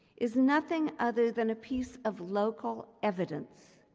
is nothing other than a piece of local evidence